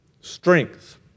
Strength